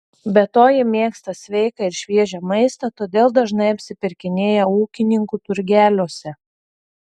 be to ji mėgsta sveiką ir šviežią maistą todėl dažnai apsipirkinėja ūkininkų turgeliuose